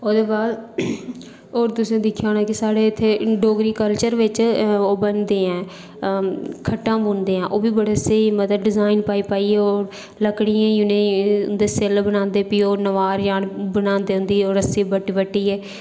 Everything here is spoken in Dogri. होर तुसें दिक्खेआ होना साढ़े इत्थै डोगरी कल्चर बिच ओह् बनदी ऐ खट्टां बुनदे ऐ ओह्बी मतलब डिजाईन पाई पाइयै लकड़ियें दी जि'नें दे सिल्ल बनांदे प्ही ओह् लकड़ियें दी नुहार बनांदे उं'दी ओह् रस्सी बट्टी बट्टियै